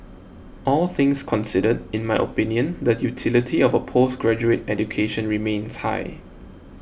all things considered in my opinion the utility of a postgraduate education remains high